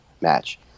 match